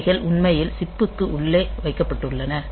இவைகள் உண்மையில் சிப்பிற்கு உள்ளே வைக்கப்பட்டுள்ளன